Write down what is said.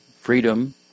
freedom